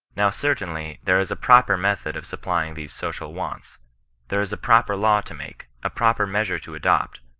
now, certainly, there is a proper method of supplying these social wants there is a proper law to make, a proper measure to adopt,